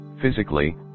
Physically